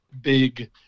big